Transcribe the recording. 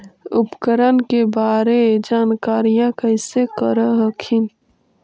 उपकरण के बारे जानकारीया कैसे कर हखिन?